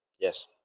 Yes